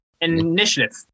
initiative